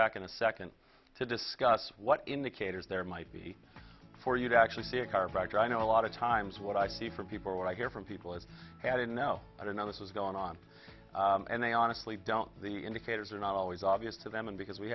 back in a second to discuss what indicators there might be for you to actually be a chiropractor i know a lot of times what i do for people what i hear from people as they had no i don't know this is going on and they honestly don't the indicators are not always obvious to them and because we